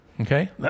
Okay